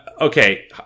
okay